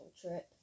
trip